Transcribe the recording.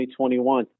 2021